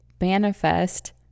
manifest